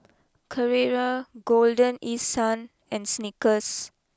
Carrera Golden East Sun and Snickers